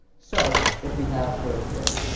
so if we have, for instance,